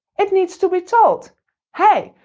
it needs to be told hey,